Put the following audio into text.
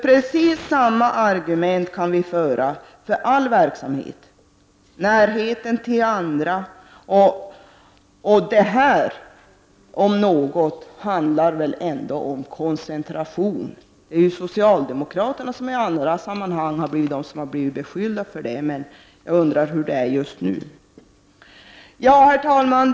Precis samma argument kan vi anföra för all verksamhet, dvs. närheten till annan verksamhet. Detta om något handlar väl om koncentration. Det är vi socialdemokrater som i andra sammanhang har blivit beskyllda för detta, men jag undrar hur det förhåller sig just nu. Herr talman!